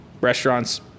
restaurants